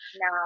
Now